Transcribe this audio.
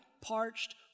parched